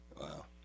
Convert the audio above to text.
Wow